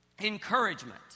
encouragement